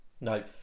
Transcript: No